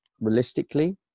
realistically